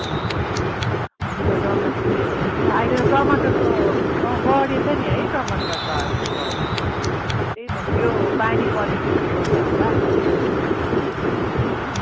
ए हुन्छ टमाट उयोहरू अहिले त टमाटरको अँ बढेछ नि है टमाटर त अलिक भाउ त्यही त यो पानी परेकोले गर्दा होला फुल